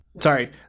Sorry